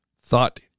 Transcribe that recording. thought